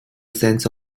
sense